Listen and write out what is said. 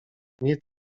nie